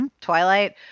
Twilight